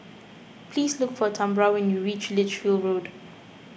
please look for Tambra when you reach Lichfield Road